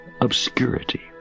obscurity